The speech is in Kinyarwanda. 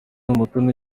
umutoni